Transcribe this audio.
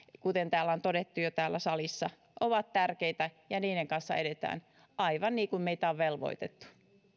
kuten täällä salissa on jo todettu ovat tärkeitä ja niiden kanssa edetään aivan niin kuin meitä on velvoitettu